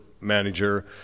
manager